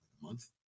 month